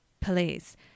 police